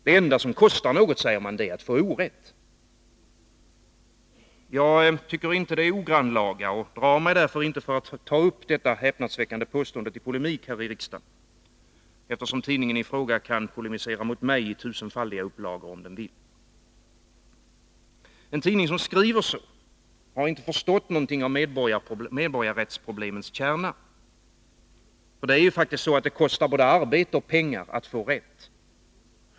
Det enda som kostar något är att få orätt. Jag drar mig inte för — och säger inte att det är ogrannlaga — att ta upp detta häpnadsväckande påstående till polemik här i riksdagen, eftersom tidningen i fråga kan polemisera mot mig i tusenfaldiga upplagor om den vill. En tidning som skriver så har inte förstått någonting av medborgarrättsproblemens kärna. Det kostar både arbete och pengar att få rätt.